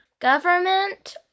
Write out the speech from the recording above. Government